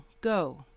Go